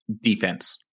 defense